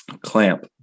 clamp